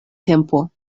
tempo